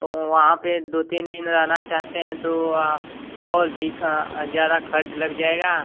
तो वहाँ पर दो तीन दिन रहना चाहते हैं तो और भी ज़्यादा ख़र्च लग जाएगा